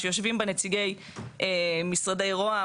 שיושבים בה נציגי משרדי רוה"מ,